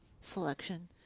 selection